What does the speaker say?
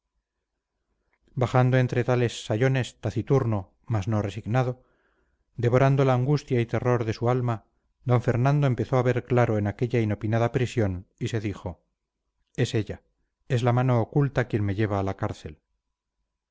bajando entre tales sayones taciturno mas no resignado devorando la angustia y terror de su alma d fernando empezó a ver claro en aquella inopinada prisión y se dijo es ella es la mano oculta quien me lleva a la cárcel